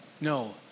no